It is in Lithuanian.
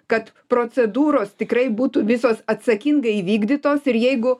kad procedūros tikrai būtų visos atsakingai įvykdytos ir jeigu